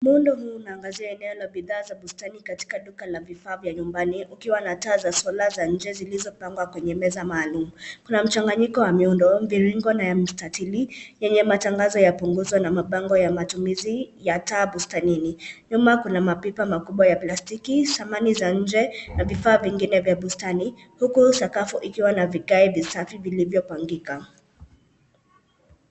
Muundo huu unaangazia eneo la bidhaa za bustani katika duka la vifaa vya nyumbani ukiwa na taa za solar za nje zilizopangwa kwenye meza maalum. Kuna mchanganyiko wa miundo mviringo na mistatili yenye matangazo ya punguzo na mabango ya matumizi ya taa bustanini. Nyuma kuna mapipa makubwa ya plastiki, samani za nje na vifaa vingine vya bustani huku sakafu ikiwa na vigae visafi vilivyopangika.